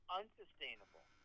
unsustainable